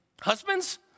Husbands